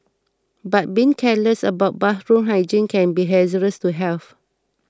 but being careless about bathroom hygiene can be hazardous to health